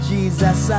Jesus